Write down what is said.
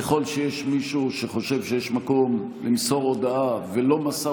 ככל שיש מישהו שחושב שיש מקום למסור הודעה ולא מסר